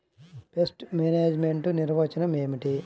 Pest management నిర్వచనం ఏమిటి?